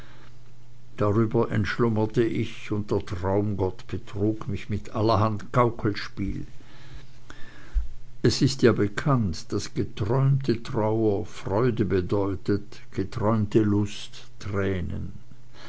darüber entschlummerte ich und der traumgott betrog mich mit allerhand gaukelspiel es ist ja bekannt daß geträumte trauer freude bedeutet geträumte lust tränen